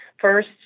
First